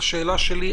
לשאלה שלי,